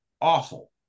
awful